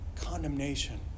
condemnation